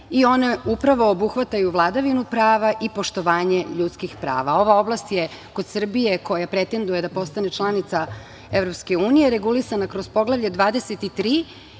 i one, upravo obuhvataju vladavinu prava i poštovanje ljudskih prava. Ova oblast je kod Srbije koja pretenduje da postane članica EU regulisana kroz Poglavlje 23